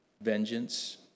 vengeance